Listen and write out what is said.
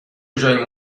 جایی